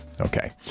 Okay